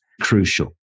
crucial